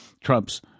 Trump's